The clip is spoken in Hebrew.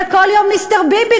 וכל יום מיסטר ביבי,